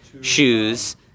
shoes